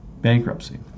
bankruptcy